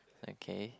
okay